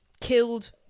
killed